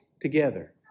Together